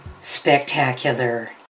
spectacular